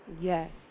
Yes